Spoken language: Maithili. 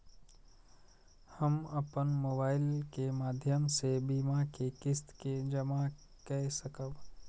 हम अपन मोबाइल के माध्यम से बीमा के किस्त के जमा कै सकब?